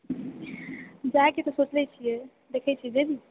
जाएके तऽ सोचने छिऐ देखैत छिऐ जेबही